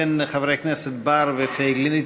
בין חברי הכנסת בר ופייגלין,